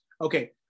Okay